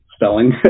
spelling